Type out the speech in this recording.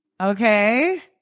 Okay